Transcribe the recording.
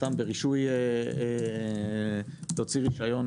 סתם בלהוציא רישיון